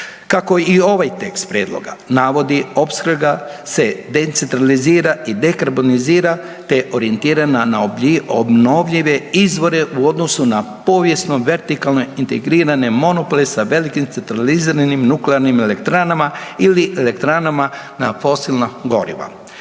Kako i ovaj tekst prijedloga navodi opskrba se decentralizira i dekarbonizira, te je orijentirana na obnovljive izvore u odnosu na povijesno vertikalne integrirane monopole sa velikim centraliziranim nuklearnim elektranama ili elektranama na fosilna goriva.